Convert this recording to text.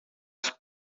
als